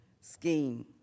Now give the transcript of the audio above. scheme